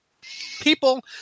People